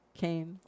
came